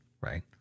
right